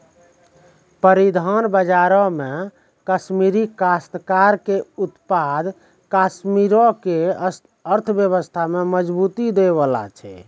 परिधान बजारो मे कश्मीरी काश्तकार के उत्पाद कश्मीरो के अर्थव्यवस्था में मजबूती दै बाला छै